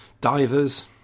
divers